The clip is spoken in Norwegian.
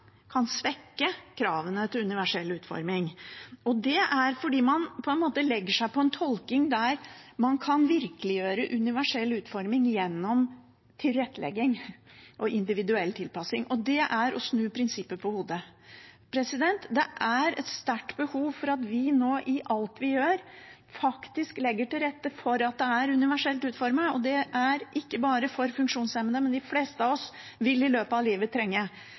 kan svekke kravene til universell utforming. Det er fordi man på en måte legger seg på en tolking der man kan virkeliggjøre universell utforming gjennom tilrettelegging og individuell tilpassing, og det er å snu prinsippet på hodet. Det er et sterkt behov for at vi nå i alt vi gjør, faktisk legger til rette for at det er universelt utformet. Det er ikke bare for funksjonshemmede, for de fleste av oss vil i løpet av livet trenge